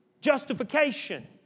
justification